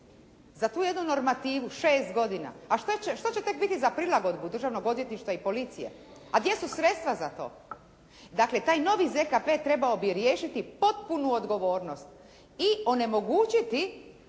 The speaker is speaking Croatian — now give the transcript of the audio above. Za tu jednu normativu 6 godina, a što će tek biti za prilagodbu Državnog odvjetništva i policije, a gdje su sredstva za to. Dakle taj novi ZKP treba bi riješiti potpunu odgovornost i onemogućiti